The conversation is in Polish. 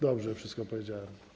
Dobrze wszystko powiedziałem?